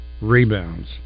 rebounds